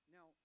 Now